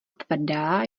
tvrdá